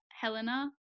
Helena